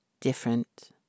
different